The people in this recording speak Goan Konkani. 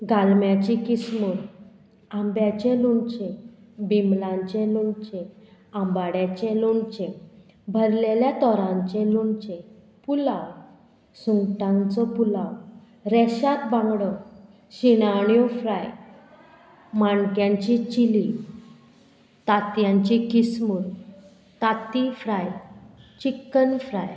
गालम्याची किस्मूर आंब्याचें लोणचें बिमलांचें लोणचें आंबाड्याचें लोणचें भरलेल्या तोरांचें लोणचें पुलाव सुंगटांचो पुलाव रेशांत बांगडो शिणाण्यो फ्राय माणक्यांची चिली तांतयांची किस्मूर ताती फ्राय चिकन फ्राय